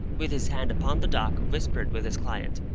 with his hand upon the dock, whispered with his client,